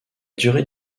durée